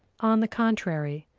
on the contrary,